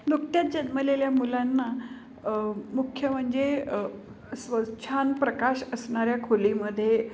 नुकत्याच जन्मलेल्या मुलांना मुख्य म्हणजे स्वच्छ् छान प्रकाश असणाऱ्या खोलीमध्ये